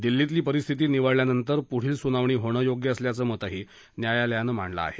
दिल्लीतली परिस्थिती निवळल्यानंतर पुढील सुनावणी होणं योग्य असल्याचं मत ही न्यायालयानं मांडलं आहे